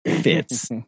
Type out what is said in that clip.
fits